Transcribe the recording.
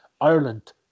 Ireland